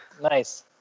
Nice